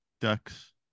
Ducks